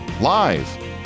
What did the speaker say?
live